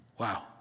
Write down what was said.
Wow